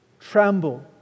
tremble